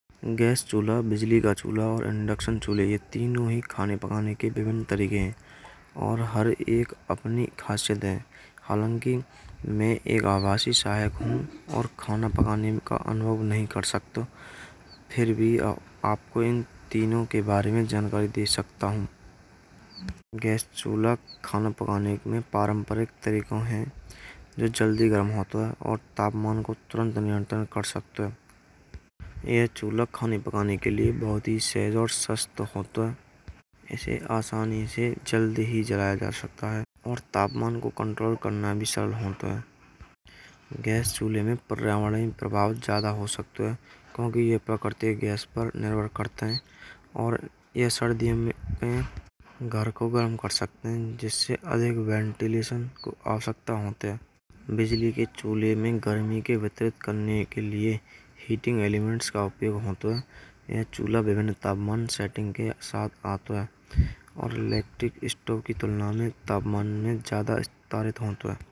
गैस चूल्हा बिजली का चूल्हा और इंडक्शन चूल्हे यह तीनों ही खाना पकाने के विभिन्न तरीके हैं। और हर एक अपनी खासियत है। हालाँकि मैं एक आवासी सहायक हूँ। और खाना पकाने में कोई अनुभव नहीं कर सकता। फिर भी आपको इन तीनों के बारे में जानकारी दे सकता हूँ। गैस चूल्हा खाना पकाने में पारंपरिक तरीकों है। जो जल्दी गरम होतौ है। और तापमान को तुरन्त नियंत्रित कर सकतो है। यह चूल्हा खाने पकाने के लिये बहुत ही सुरक्षित और सहज होतौ है। इसे आसान से जल्दी ही जलाया जा सकता है और तापमान को कण्ट्रोल करना भी सरल होतौ है। गैस चूल्हे में पर्यावरण प्रभाव ज्यादा हो सकता है। क्योंकि यह प्राकृतिक गैस पर निर्भर करतो है। और यह सर्दियों में घर को गरम कर सकते हैं। जिसे अधिक वेंटिलेशन की आवश्यकता होत है। बिजली के चूल्हे में अधिक वितरित करने के लिए हीटिंग एलामेंट्स का उपयोग होतौ है। यह चूल्हा विभिन्न तापमान व सेटिंग के साथ आतौ है। और इलेक्ट्रिक स्टोव की तुलना में तापमान में ज्यादा स्थान्त्रित होतौ है।